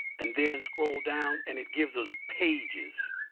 and then scroll down and it gives us pages.